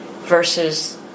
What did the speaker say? versus